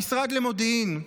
המשרד למודיעין,